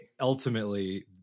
ultimately